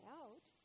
out